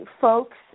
folks